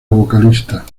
vocalista